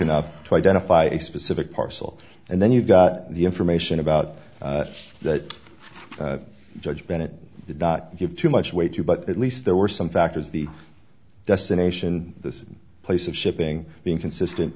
a specific parcel and then you've got the information about that judge bennett did not give too much weight to but at least there were some factors the destination this place of shipping being consistent